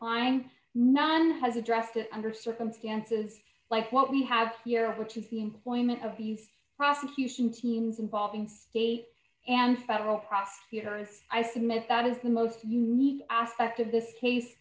flying nun has addressed it under circumstances like what we have here which is the employment of these prosecution teams involving state and federal prosecutors i submit that is the most unique aspect of this case